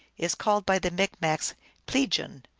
is called by the micmacs pleegun,